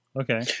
Okay